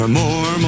more